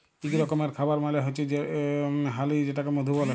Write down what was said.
ইক রকমের খাবার মালে হচ্যে হালি যেটাকে মধু ব্যলে